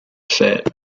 set